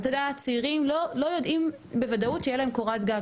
צעירים לא יודעים בוודאות שתהיה להם קורת גג,